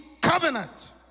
covenant